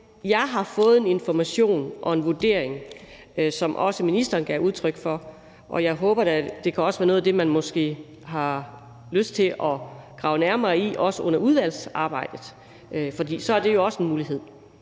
Jeg har fået en information og en vurdering, sådan som ministeren også gav udtryk for, og det kan være noget af det, man måske har lyst til at grave mere i, også under udvalgsarbejdet, for så er det jo også en mulighed.